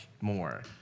more